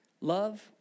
Love